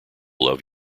love